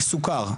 סוכר,